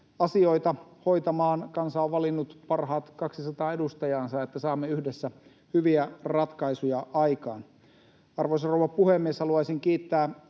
asioita hoitamaan kansa on valinnut parhaat 200 edustajaansa, että saamme yhdessä hyviä ratkaisuja aikaan. Arvoisa rouva puhemies! Haluaisin kiittää